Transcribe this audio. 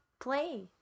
play